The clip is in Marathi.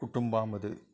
कुटुंबामध्ये